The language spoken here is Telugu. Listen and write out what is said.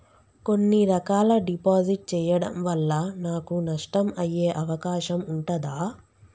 కొన్ని రకాల డిపాజిట్ చెయ్యడం వల్ల నాకు నష్టం అయ్యే అవకాశం ఉంటదా?